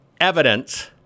evidence